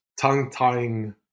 tongue-tying